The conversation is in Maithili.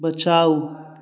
बचाउ